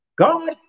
God